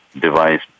device